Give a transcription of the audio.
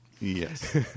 Yes